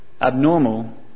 abnormal